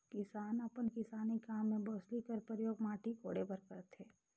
किसान अपन किसानी काम मे बउसली कर परियोग माटी कोड़े बर करथे